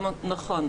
נכון.